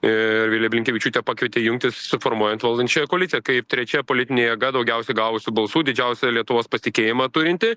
ir vilija blinkevičiūtė pakvietė jungtis suformuojant valdančiąją koaliciją kaip trečia politinė jėga daugiausiai gavusių balsų didžiausia lietuvos pasitikėjimą turinti